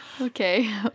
Okay